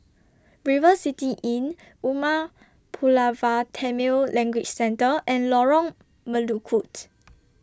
River City Inn Umar Pulavar Tamil Language Centre and Lorong Melukut